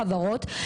חברות,